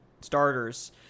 starters